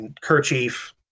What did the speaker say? kerchief